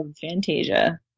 Fantasia